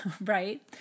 right